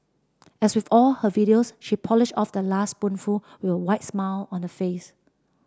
as with all her videos she polished off the last spoonful with a wide smile on her face